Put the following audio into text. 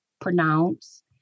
pronounce